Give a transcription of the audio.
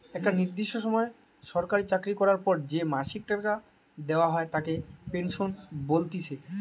একটা নির্দিষ্ট সময় সরকারি চাকরি করার পর যে মাসিক টাকা দেওয়া হয় তাকে পেনশন বলতিছে